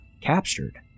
captured